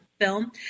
film